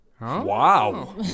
wow